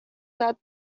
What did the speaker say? that